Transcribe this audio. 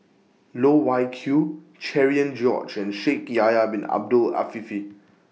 Loh Wai Kiew Cherian George and Shaikh Yahya Bin Ahmed Afifi